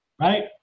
right